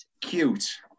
Cute